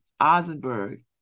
Ozenberg